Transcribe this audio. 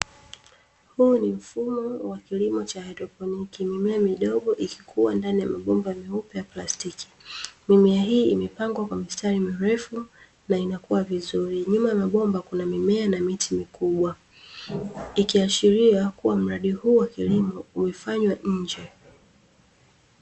Huu ni mfumo wa kilimo cha hydroponi, mimea midogo ikikua ndani ya mabomba meupe ya plastiki. Mimea hii imepangwa kwa mistari mirefu na inakua vizuri. Nyuma ya mabomba kuna mimea na miti mikubwa ikiashiria kuwa mradi huu wa kilimo hufanywa nje.